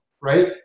right